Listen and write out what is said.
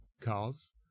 cars